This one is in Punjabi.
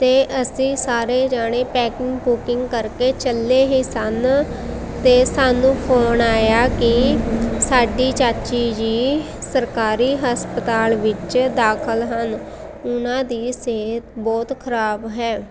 ਅਤੇ ਅਸੀਂ ਸਾਰੇ ਜਾਣੇ ਪੈਕਿੰਗ ਪੂਕਿੰਗ ਕਰਕੇ ਚੱਲੇ ਹੀ ਸਨ ਅਤੇ ਸਾਨੂੰ ਫੋਨ ਆਇਆ ਕਿ ਸਾਡੀ ਚਾਚੀ ਜੀ ਸਰਕਾਰੀ ਹਸਪਤਾਲ ਵਿੱਚ ਦਾਖਲ ਹਨ ਉਹਨਾਂ ਦੀ ਸਿਹਤ ਬਹੁਤ ਖਰਾਬ ਹੈ